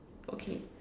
okay